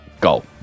goal